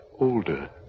older